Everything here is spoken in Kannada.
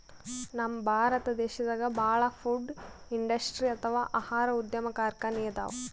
ನಮ್ ಭಾರತ್ ದೇಶದಾಗ ಭಾಳ್ ಫುಡ್ ಇಂಡಸ್ಟ್ರಿ ಅಥವಾ ಆಹಾರ ಉದ್ಯಮ್ ಕಾರ್ಖಾನಿ ಅದಾವ